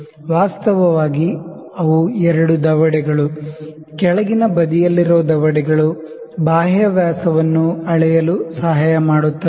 ವಾಸ್ತವವಾಗಿ ಅವು ಎರಡು ದವಡೆಗಳು ಕೆಳಗಿನ ಬದಿಯಲ್ಲಿರುವ ದವಡೆಗಳು ಬಾಹ್ಯ ವ್ಯಾಸವನ್ನು ಅಳೆಯಲು ಸಹಾಯಮಾಡುತ್ತವೆ